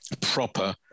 proper